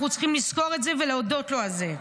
אנחנו צריכים לזכור את זה ולהודות לו על זה.